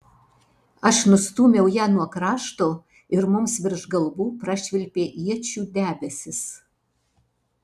aš nustūmiau ją nuo krašto ir mums virš galvų prašvilpė iečių debesis